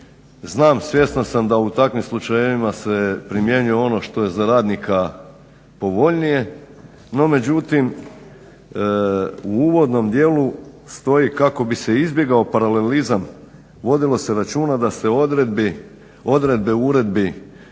Znam, svjestan sam da u takvim slučajevima se primjenjuje ono što je za radnika povoljnije. No međutim, u uvodnom dijelu stoji kako bi se izbjegao paralelizam, vodilo se računa da se odredbe uredbi